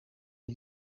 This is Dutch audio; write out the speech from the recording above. een